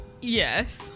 Yes